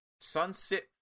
sunset